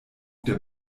der